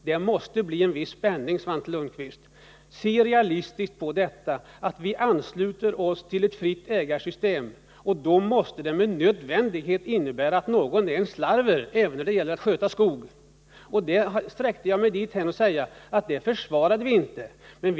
Det måste bli en viss spänning, Svante Lundkvist. Se realistiskt på detta! Vi ansluter oss till ett fritt ägarsystem. Det måste med nödvändighet innebära att någon är en slarver även när det gäller att sköta skog. Jag sträckte mig till att säga att vi inte försvarar detta.